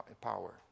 power